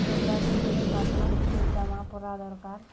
দৌড়াতে গেলে পাতলা সুতোর জামা পরা দরকার